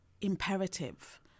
imperative